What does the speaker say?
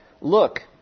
Look